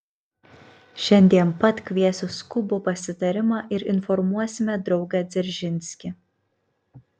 šiandien pat kviesiu skubų pasitarimą ir informuosime draugą dzeržinskį